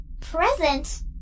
present